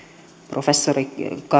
professori